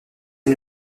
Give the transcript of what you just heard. une